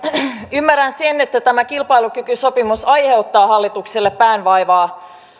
ymmärrän sen että tämä kilpailukykysopimus aiheuttaa hallitukselle päänvaivaa